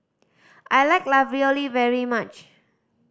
I like Ravioli very much